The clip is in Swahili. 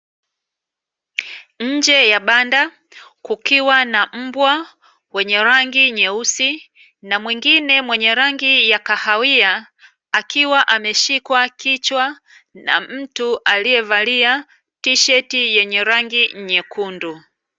Nje ya banda kukiwa na mbwa wenye rangi nyeusi na mwingine mwenye rangi ya kahawia akiwa ameshikwa kichwa na mtu aliyevalia tisheti yenye rangi nyekundu.